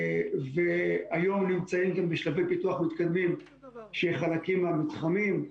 והיום נמצאים בשלבי פיתוח מתקדמים של חלקים מהמתחמים.